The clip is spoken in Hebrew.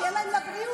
שיהיה להן לבריאות.